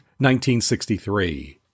1963